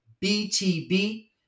BTB